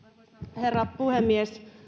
herra puhemies